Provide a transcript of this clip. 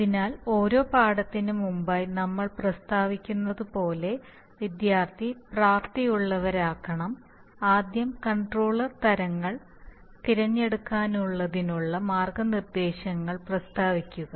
അതിനാൽ ഓരോ പാഠത്തിനും മുമ്പായി നമ്മൾ പ്രസ്താവിക്കുന്നതുപോലെ വിദ്യാർത്ഥി പ്രാപ്തിയുള്ളവരാകണം ആദ്യം കൺട്രോളർ തരങ്ങൾ തിരഞ്ഞെടുക്കുന്നതിനുള്ള മാർഗ്ഗനിർദ്ദേശങ്ങൾ പ്രസ്താവിക്കുക